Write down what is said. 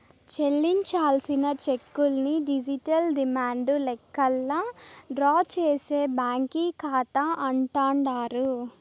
చెల్లించాల్సిన చెక్కుల్ని digital demand లెక్కల్లా డ్రా చేసే బ్యాంకీ కాతా అంటాండారు